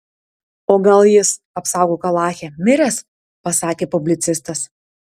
o gal jis apsaugok alache miręs pasakė publicistas